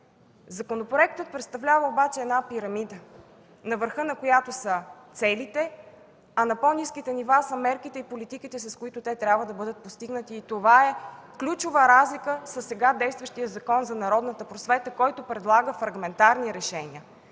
Законопроектът представлява обаче пирамида, на върха на която са целите, а на по-ниските нива са мерките и политиките, с които те трябва да бъдат постигнати – това е ключова разлика със сега действащия Закон за народната просвета, който предлага фрагментарни решения.